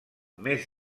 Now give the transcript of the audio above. més